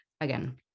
Again